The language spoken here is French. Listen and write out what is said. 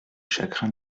chagrin